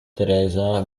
teresa